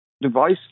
device